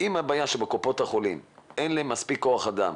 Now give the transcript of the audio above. אם הבעיה היא שאין מספיק כח אדם בקופות החולים